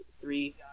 three